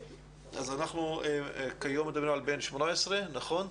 אנחנו כיום מדברים על בן 18, נכון?